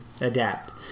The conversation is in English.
adapt